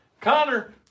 Connor